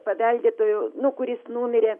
paveldėtojo nuo kuris numirė